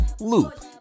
loop